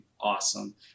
awesome